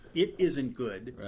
it isn't good,